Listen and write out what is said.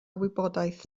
wybodaeth